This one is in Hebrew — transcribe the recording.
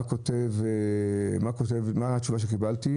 מה התשובה שקיבלתי?